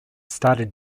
started